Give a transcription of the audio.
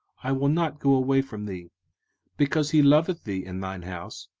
i will not go away from thee because he loveth thee and thine house,